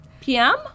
PM